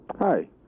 hi